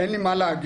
אין לי מה להגיד,